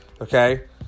okay